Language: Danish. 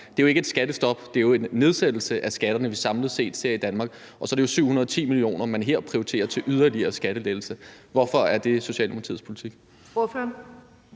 Det er jo ikke et skattestop, det er jo en nedsættelse af skatterne, vi samlet set ser i Danmark, og så er det 710 mio. kr., man her prioriterer til yderligere skattelettelser. Hvorfor er det Socialdemokratiets politik?